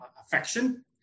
affection